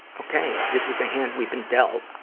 ok. this is the hand we've been dealt?